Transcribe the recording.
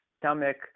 stomach